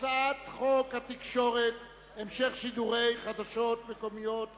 הצעת חוק התקשורת (המשך שידורי חדשות מקומיות בטלוויזיה)